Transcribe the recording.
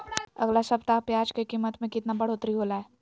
अगला सप्ताह प्याज के कीमत में कितना बढ़ोतरी होलाय?